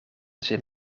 zin